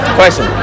question